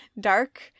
dark